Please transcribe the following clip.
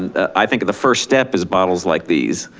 and i think the first step is bottles like these.